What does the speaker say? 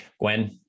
Gwen